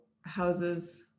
Houses